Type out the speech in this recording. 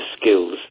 skills